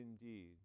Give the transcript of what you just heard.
indeed